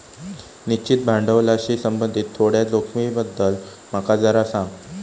निश्चित भांडवलाशी संबंधित थोड्या जोखमींबद्दल माका जरा सांग